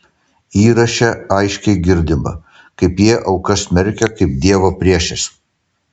įraše aiškiai girdima kaip jie aukas smerkia kaip dievo priešes